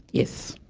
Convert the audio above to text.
yes